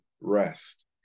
rest